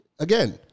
Again